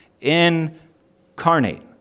incarnate